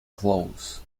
close